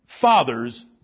fathers